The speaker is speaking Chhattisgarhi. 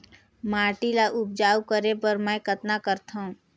माटी ल उपजाऊ करे बर मै कतना करथव?